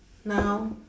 now